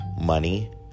money